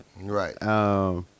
Right